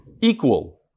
equal